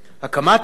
ואחרים,